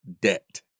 debt